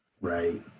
Right